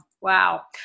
wow